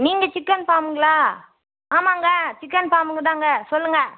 நீங்கள் சிக்கன் ஃபார்முங்களா ஆமாங்க சிக்கன் ஃபார்முங்க தாங்க சொல்லுங்கள்